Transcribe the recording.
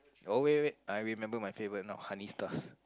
oh wait wait wait I remember my favorite now honey stars